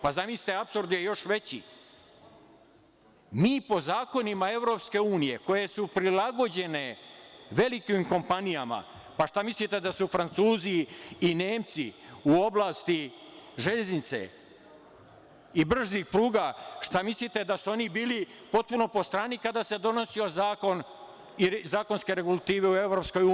Pa, zamislite, apsurd je još veći - mi po zakonima EU koji su prilagođeni velikim kompanijama, a šta mislite, da su Francuzi i Nemci u oblasti železnice i brzih pruga, šta mislite, da su oni bili potpuno po strani kada se donosio zakon ili zakonska regulativa u EU?